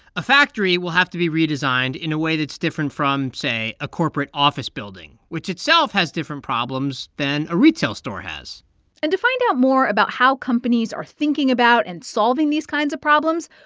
a factory will have to be redesigned in a way that's different from, say, a corporate office building, which itself has different problems than a retail store has and to find out more about how companies are thinking about and solving these kinds of problems,